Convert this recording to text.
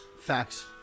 Facts